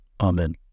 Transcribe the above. Amen